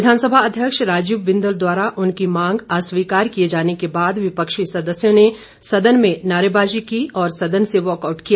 विधानसभा अध्यक्ष राजीव बिंदल द्वारा उनकी मांग अस्वीकार किए जाने के बाद विपक्षी सदस्यों ने सदन में नारेबाजी की और सदन से वाकआऊट किया